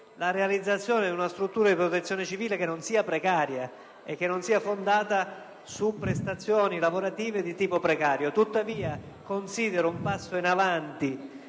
alla realizzazione di una struttura di protezione civile che non sia precaria e fondata su prestazioni lavorative di tipo precario. Considero in ogni caso un passo in avanti